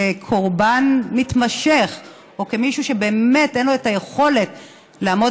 קורבן מתמשך או כמישהו שבאמת אין לו את היכולת לעמוד